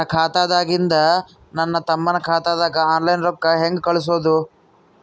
ನನ್ನ ಖಾತಾದಾಗಿಂದ ನನ್ನ ತಮ್ಮನ ಖಾತಾಗ ಆನ್ಲೈನ್ ರೊಕ್ಕ ಹೇಂಗ ಕಳಸೋದು?